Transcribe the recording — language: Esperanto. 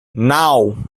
naŭ